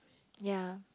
ya